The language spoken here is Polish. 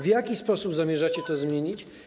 W jaki sposób zamierzacie to zmienić?